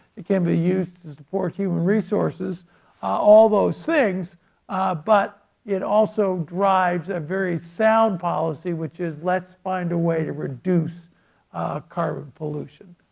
it can be used to support human resources all those things but it also drives a very sound policy which is let's find a way to reduce carbon pollution.